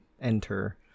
enter